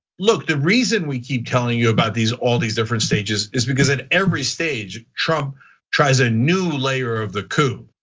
look, the reason we keep telling you about these all these different stages is because at every stage trump tries a new layer of the coup.